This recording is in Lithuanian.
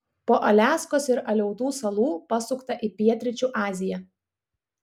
po aliaskos ir aleutų salų pasukta į pietryčių aziją